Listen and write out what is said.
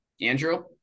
Andrew